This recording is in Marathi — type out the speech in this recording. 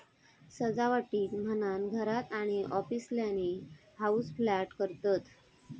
सजावटीक म्हणान घरात आणि ऑफिसातल्यानी हाऊसप्लांट करतत